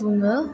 बुङो